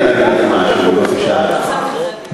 חברת הכנסת זנדברג,